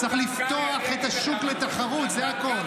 צריך לפתוח את השוק לתחרות, זה הכול.